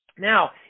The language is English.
Now